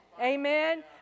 Amen